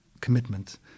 commitment